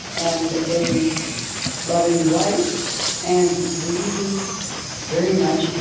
and a loving wife and believing very much